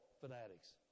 fanatics